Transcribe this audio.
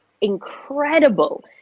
incredible